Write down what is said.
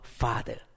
father